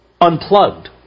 unplugged